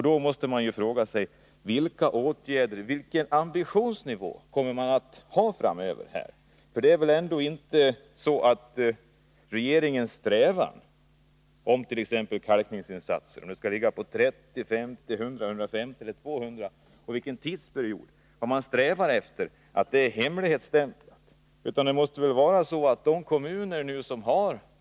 Då måste man fråga sig: Vilken ambitionsnivå kommer man att ha? Det är väl ändå inte så att regeringens mål när det gäller t.ex. kalkning — målet må vara 30, 50, 100, 150 eller 200 milj.kr. under en viss tidsperiod — är hemligstämplat.